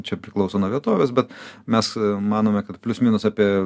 čia priklauso nuo vietovės bet mes manome kad plius minus apie